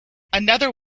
another